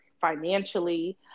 financially